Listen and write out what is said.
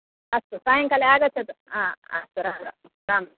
अस्तु सायङ्काले आगच्छतु हा अस्तु राम् राम् राम्